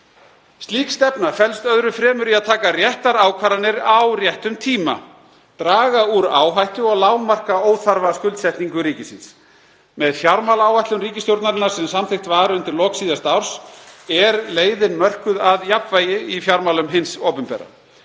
Slík stefna felst öðru fremur í að taka réttar ákvarðanir á réttum tíma, draga úr áhættu og lágmarka óþarfa skuldsetningu ríkisins. Með fjármálaáætlun ríkisstjórnarinnar, sem samþykkt var undir lok síðasta árs, er leiðin mörkuð að jafnvægi í fjármálum hins opinbera.